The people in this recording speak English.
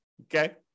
Okay